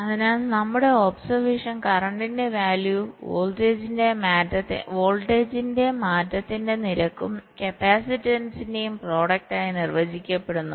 അതിനാൽ നമ്മുടെ ഒബ്സെർവഷൻ കറന്റിന്റെ വാല്യൂ വോൾട്ടേജിന്റെ മാറ്റത്തിന്റെ നിരക്കും കപ്പാസിറ്റൻസിന്റെയും പ്രോഡക്റ്റ് ആയി നിർവചിക്കപ്പെടുന്നു